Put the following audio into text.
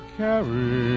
carry